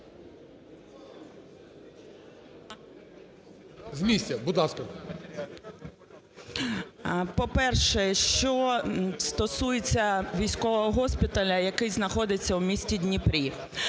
По-перше, що стосується військового госпіталю, який знаходиться в місті Дніпрі.